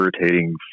irritating